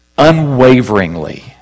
unwaveringly